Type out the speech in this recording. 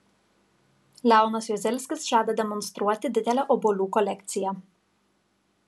leonas juozelskis žada demonstruoti didelę obuolių kolekciją